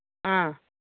ꯑꯥ